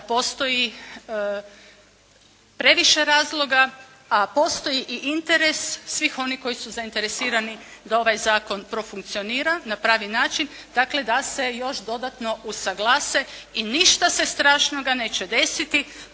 da postoji previše razloga a postoji i interes svih onih koji su zainteresirani da ovaj zakon profunkcionira na pravi način, dakle da se još dodatno usaglase. I ništa se strašnoga neće desiti